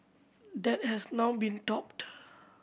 that has now been topped